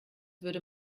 würde